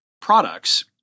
products